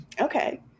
okay